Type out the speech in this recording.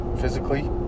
physically